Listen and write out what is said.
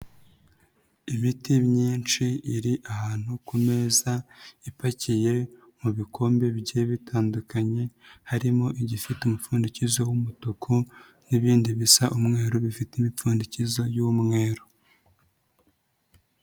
Imiti myinshi iri ahantu ku meza ipakiye mu bikombe bigiye bitandukanye harimo igifite umupfundikizo w'umutuku n'ibindi bisa umweru bifite imipfundikizo y'umweru.